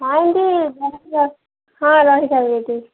ହଁ ଏମତି ହଁ ରହିପାରିବେ ଏଠି